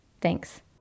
Thanks